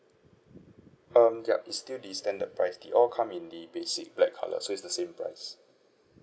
um yup it's due the standard price they all come the basic black colour so it's the same price